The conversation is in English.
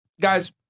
Guys